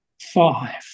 five